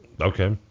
Okay